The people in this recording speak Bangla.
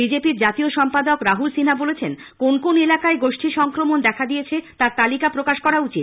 বিজেপি র জাতীয় সম্পাদক রাহুল সিনহা বলেছেন কোন কোন এলাকায় গোষ্ঠী সংক্রমণ দেখা দিয়েছে তার তালিকা প্রকাশ করা উচিত